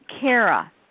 Kara